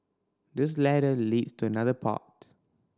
this ladder leads to another part